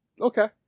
Okay